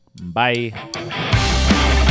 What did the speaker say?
bye